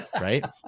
right